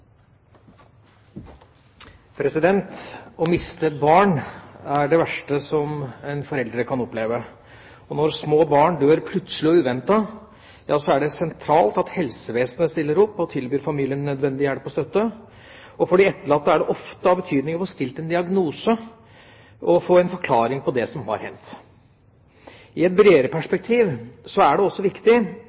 Å miste et barn er det verste en som foreldre kan oppleve. Når små barn dør plutselig og uventet, er det sentralt at helsevesenet stiller opp og tilbyr familien nødvendig hjelp og støtte. For de etterlatte er det ofte av betydning å få stilt en diagnose og få en forklaring på det som har hendt. I et bredere perspektiv er det også viktig